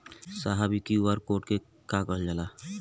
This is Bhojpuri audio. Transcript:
साहब इ क्यू.आर कोड के के कहल जाला?